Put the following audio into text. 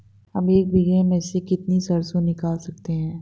हम एक बीघे में से कितनी सरसों निकाल सकते हैं?